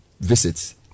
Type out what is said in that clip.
visits